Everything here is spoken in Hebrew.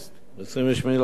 ב-27 באוגוסט.